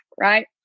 Right